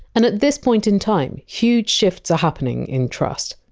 and at this point in time, huge shifts are happening in trust.